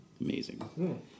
Amazing